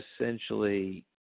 essentially